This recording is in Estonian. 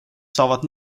saavad